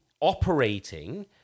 operating